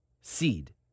seed